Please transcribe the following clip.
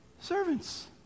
servants